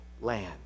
land